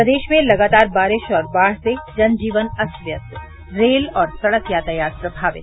प्रदेश में लगातार बारिश और बाढ़ से जन जीवन अस्त व्यस्त रेल और सड़क यातायात प्रभावित